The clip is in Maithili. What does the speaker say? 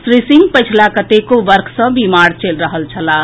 श्री सिंह पछिला कतेको वर्ष सॅ बीमार चलि रहल छलाह